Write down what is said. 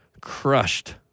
crushed